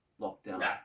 Lockdown